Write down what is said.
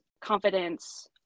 confidence